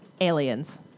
Aliens